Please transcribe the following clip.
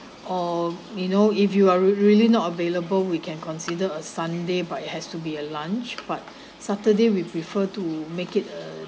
or may know if you are really not available we can consider a sunday but it has to be a lunch but saturday we prefer to make it a